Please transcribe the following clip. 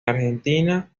argentina